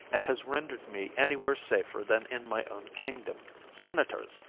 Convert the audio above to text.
and has rendered me anywhere safer than in my own kingdom. senators,